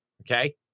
okay